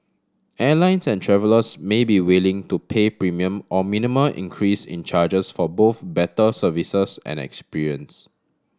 airlines and travellers may be willing to pay premium or minimum increase in charges for both better services and experience